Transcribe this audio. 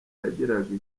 yagiraga